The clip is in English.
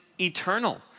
eternal